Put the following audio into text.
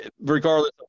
regardless